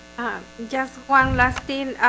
just one lasting